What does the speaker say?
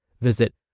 Visit